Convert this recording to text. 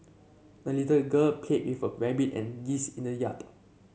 the little a girl played with her rabbit and geese in the yard